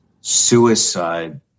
suicide